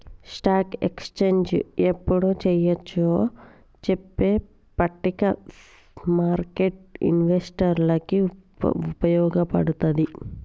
stock exchange యెప్పుడు చెయ్యొచ్చో చెప్పే పట్టిక స్మార్కెట్టు ఇన్వెస్టర్లకి వుపయోగపడతది